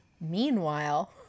Meanwhile